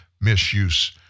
misuse